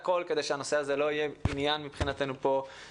עניין מבחינתנו של קואליציה ואופוזיציה.